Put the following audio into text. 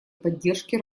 поддержке